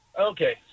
Okay